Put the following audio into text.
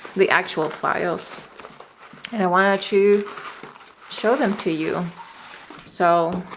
the actual files and i wanted to show them to you so